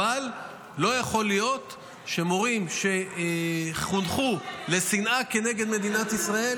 אבל לא יכול להיות שמורים שחונכו לשנאה כלפי מדינת ישראל